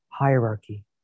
hierarchy